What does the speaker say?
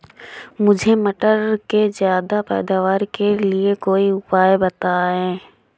मुझे मटर के ज्यादा पैदावार के लिए कोई उपाय बताए?